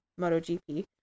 MotoGP